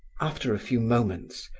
after a few moments,